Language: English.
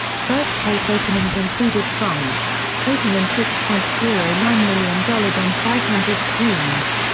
first place openings included france, taking in six point zero nine million dollars on five hundred screens.